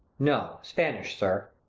no, spanish, sir.